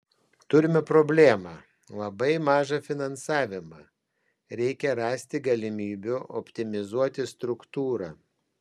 turime problemą labai mažą finansavimą reikia rasti galimybių optimizuoti struktūrą